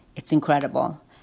it's incredible.